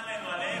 למה עלינו?